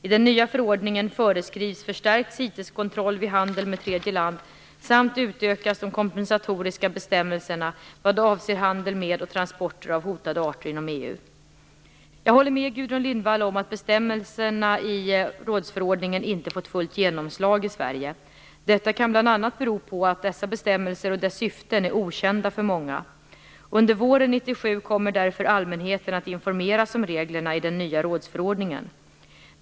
I den nya förordningen föreskrivs förstärkt Jag håller med Gudrun Lindvall om att bestämmelserna i rådsförordningen inte fått fullt genomslag i Sverige. Detta kan bl.a. bero på att dessa bestämmelser och dess syften är okända för många. Under våren 1997 kommer därför allmänheten att informeras om reglerna i den nya rådsförordningen.